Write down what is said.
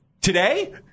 Today